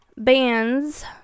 Bands